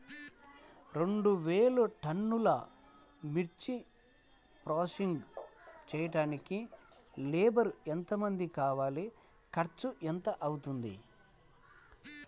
రెండు వేలు టన్నుల మిర్చి ప్రోసెసింగ్ చేయడానికి లేబర్ ఎంతమంది కావాలి, ఖర్చు ఎంత అవుతుంది?